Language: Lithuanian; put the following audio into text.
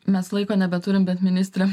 mes laiko nebeturim bet ministre